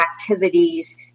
activities